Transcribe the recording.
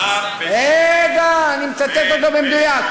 הוא אמר, רגע, אני מצטט אותו במדויק.